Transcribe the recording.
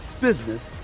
business